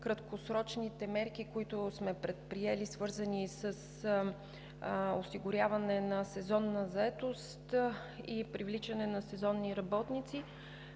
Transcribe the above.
краткосрочните мерки, които сме предприели, свързани с осигуряване на сезонна заетост и привличане на сезонни работници,